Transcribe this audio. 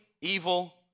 evil